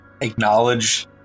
acknowledge